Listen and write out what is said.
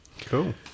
Cool